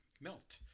melt